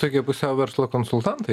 tokie pusiau verslo konsultantai